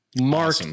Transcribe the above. Mark